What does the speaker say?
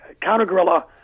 counter-guerrilla